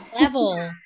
level